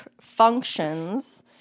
functions